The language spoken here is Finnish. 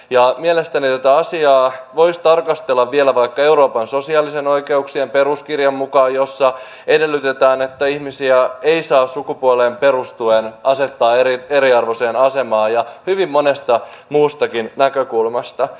mielestäni tätä asiaa voisi tarkastella vielä vaikka euroopan sosiaalisten oikeuksien peruskirjan mukaan jossa edellytetään että ihmisiä ei saa sukupuoleen perustuen asettaa eriarvoiseen asemaan ja hyvin monesta muustakin näkökulmasta